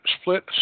split